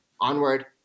onward